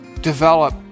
develop